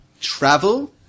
travel